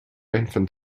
infant